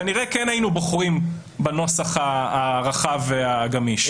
כנראה כן היינו בוחרים בנוסח הרחב והגמיש.